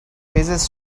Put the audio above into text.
raises